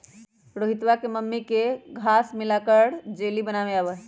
रोहितवा के मम्मी के घास्य मिलाकर जेली बनावे आवा हई